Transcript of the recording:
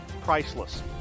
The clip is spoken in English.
priceless